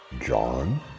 John